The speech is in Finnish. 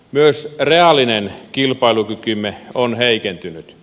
myös reaalinen kilpailukykymme on heikentynyt